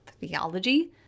theology